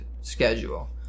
schedule